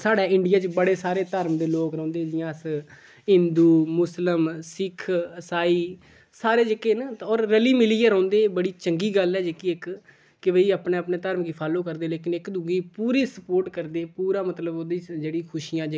साढ़े इंडिया च बड़े सारे धर्म दे लोक रौंह्दे जि'यां अस हिंदु मुस्लिम सिक्ख इसाई